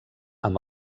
amb